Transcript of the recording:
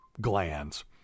glands